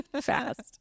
fast